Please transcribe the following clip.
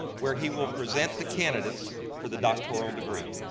where he will present the candidates for the doctoral degree.